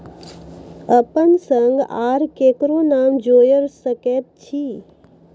अपन संग आर ककरो नाम जोयर सकैत छी?